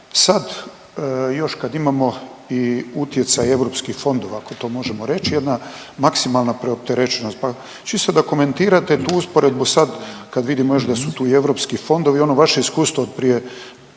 sad još kad imamo i utjecaj europskih fondova ako to možemo reć, jedna maksimalna preopterećenost, pa čisto da komentirate tu usporedbu sad kad vidimo još da su tu i europski fondovi ono vaše iskustvo od prije